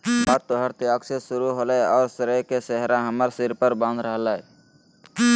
बात तोहर त्याग से शुरू होलय औरो श्रेय के सेहरा हमर सिर बांध रहलय